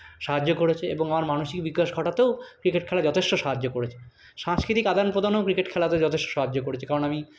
সাহায্য করেছে এবং আমার মানসিক বিকাশ ঘটাতেও ক্রিকেট খেলা যথেষ্ট সাহায্য করেছে সাংস্কৃতিক আদান প্রদানও ক্রিকেট খেলাতে যথেষ্ট সাহায্য করেছে কারণ আমি